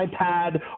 iPad